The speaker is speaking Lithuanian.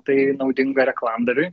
tai naudinga reklamdaviui